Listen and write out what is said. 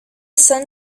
sun